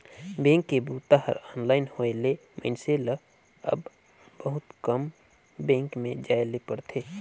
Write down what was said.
bank के बूता हर ऑनलाइन होए ले मइनसे ल अब बहुत कम बेंक में जाए ले परथे